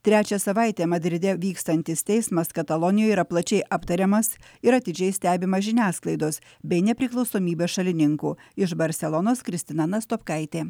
trečią savaitę madride vykstantis teismas katalonijoj yra plačiai aptariamas ir atidžiai stebima žiniasklaidos bei nepriklausomybės šalininkų iš barselonos kristina nastopkaitė